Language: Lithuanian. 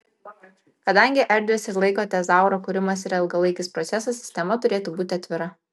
kadangi erdvės ir laiko tezauro kūrimas yra ilgalaikis procesas sistema turėtų būti atvira